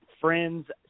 friends